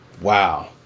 Wow